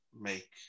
make